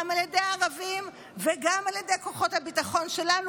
גם על ידי ערבים וגם על ידי כוחות הביטחון שלנו,